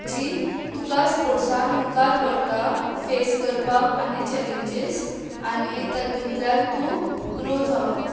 जी तुका स्पोर्ट्सान मुखार व्हरता फेस करपाक आनी चलेंजीस आनी तातुंतल्यान तूं ग्रो जावपाक